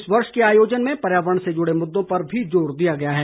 इस वर्ष के आयोजन में पर्यावरण से जुड़े मुद्दों पर भी जोर दिया जाएगा